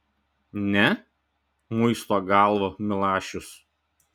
ne muisto galvą milašius